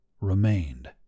remained